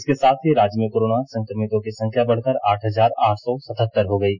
इसके साथ ही राज्य में कोरोना संक्रमितों की संख्या बढ़कर आठ हजार आठ सौ सतहत्तर हो गयी